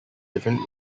different